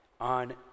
on